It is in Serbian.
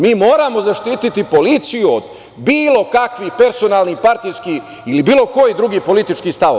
Mi moramo zaštiti policiju od bilo kakvih personalnih, partijskih ili bilo kojih drugih političkih stavova.